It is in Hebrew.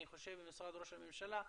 ממשרד ראש הממשלה,